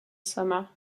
summer